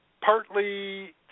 partly